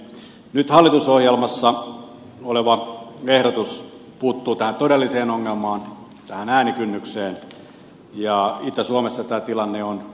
nyt hallitusohjelmassa oleva ehdotus puuttuu tähän todelliseen ongelmaan tähän äänikynnykseen ja itä suomessa tämä tilanne on kaikkein pahin